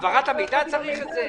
העברת המידע, תן לי את זה.